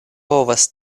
povas